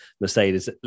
Mercedes